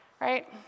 right